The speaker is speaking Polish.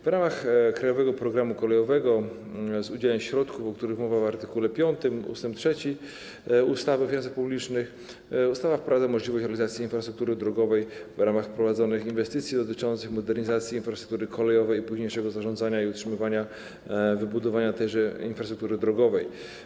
W ramach krajowego programu kolejowego, przy udziale środków, o których mowa w art. 5 ust. 3 ustawy o finansach publicznych, ustawa wprowadza możliwość organizacji infrastruktury drogowej w ramach prowadzonych inwestycji dotyczących modernizacji infrastruktury kolejowej i późniejszego zarządzania, utrzymywania i budowania tejże infrastruktury drogowej.